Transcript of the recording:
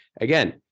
again